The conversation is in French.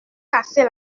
casser